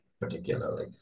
particularly